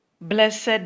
Blessed